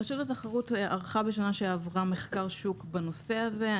רשות התחרות ערכה בשנה שעברה מחקר שוק בנושא הזה.